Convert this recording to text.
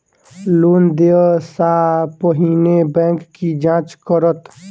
Loan देय सा पहिने बैंक की जाँच करत?